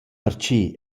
perche